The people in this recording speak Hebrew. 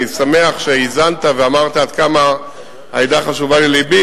אני שמח שהאזנת ואמרת עד כמה העדה חשובה ללבי,